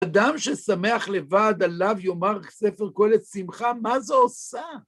אדם ששמח לבד עליו יאמר ספר קהלת שמחה, מה זו עושה?